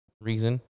reason